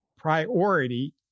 priority